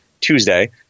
Tuesday